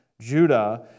Judah